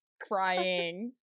Crying